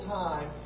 time